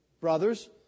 brothers